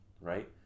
right